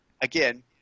again